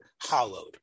hollowed